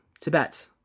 Tibet